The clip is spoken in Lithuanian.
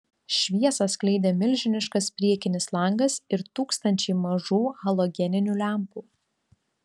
šviesą skleidė milžiniškas priekinis langas ir tūkstančiai mažų halogeninių lempų